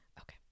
Okay